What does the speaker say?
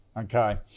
Okay